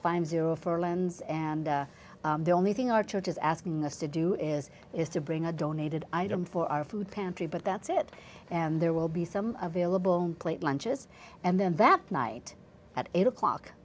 zero four lens and the only thing our church is asking us to do is is to bring a donated item for our food pantry but that's it and there will be some available plate lunches and then that night at eight o'clock